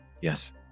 Yes